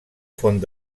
font